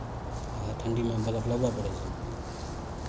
उएह ठण्ढीमे बलफ लगबय पड़ै छै